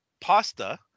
pasta